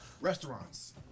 Restaurants